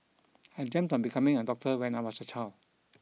I dreamt of becoming a doctor when I was a child